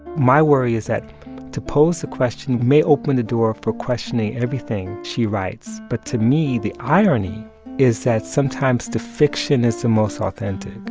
my worry is that to pose the question may open the door for questioning everything she writes. but to me, the irony is that sometimes the fiction is the most authentic.